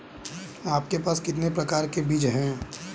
आपके पास कितने प्रकार के बीज हैं?